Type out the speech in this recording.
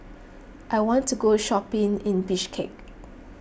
I want to go shopping in Bishkek